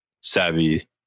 savvy